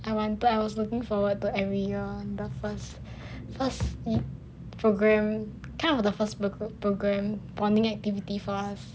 I want I was looking forward to every year the first first program kind of the first program bonding activity for us